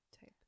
type